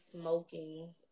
smoking